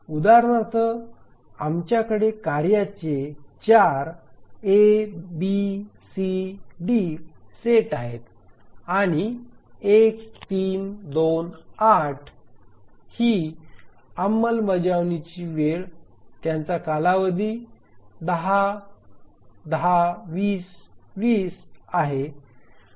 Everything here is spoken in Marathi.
उदाहरणार्थ आमच्याकडे कार्याचे 4 A B C D set आहेत आणि 1 3 2 8 ही अंमलबजावणीची वेळ त्यांचा कालावधी 10 10 20 20 आहे